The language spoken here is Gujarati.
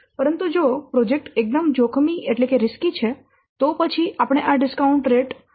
પરંતુ જો પ્રોજેક્ટ એકદમ જોખમી છે તો પછી આપણે આ ડિસ્કાઉન્ટ રેટ વધારાના 5 થઈ જશે